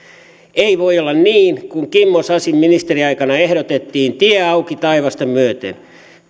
ei voi olla niin kuin kimmo sasin ministeriaikana ehdotettiin että tie auki taivasta myöten